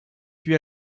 puis